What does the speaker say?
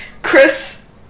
Chris